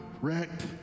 wrecked